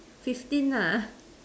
fifteen nah